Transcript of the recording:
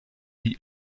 die